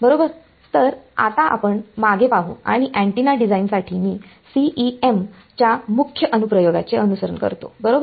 बरोबर तर आता मागे पाहू आणि अँटेना डिझाइन साठी मी CEM च्या मुख्य अनुप्रयोगाचे अनुसरण करतो बरोबर